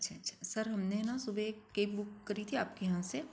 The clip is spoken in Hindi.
अच्छा अच्छा सर हमने ना सुबह एक कैब बुक करी थी आपके यहाँ से